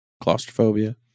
Claustrophobia